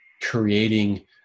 creating